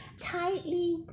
tightly